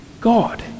God